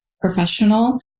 professional